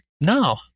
no